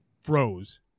froze